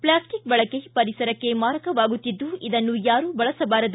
plastic ಬಳಕೆ ಪರಿಸರಕ್ಕೆ ಮಾರಕವಾಗುತ್ತಿದ್ದು ಇದನ್ನು ಯಾರೂ ಬಳಸಬಾರದು